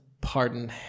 pardon